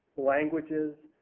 languages